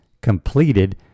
completed